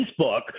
Facebook